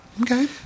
Okay